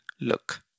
look